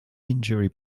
injury